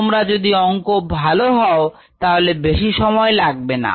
তোমরা যদি অংকে ভালো হও তাহলে বেশি সময় লাগবে না